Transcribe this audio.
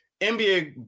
NBA